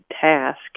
task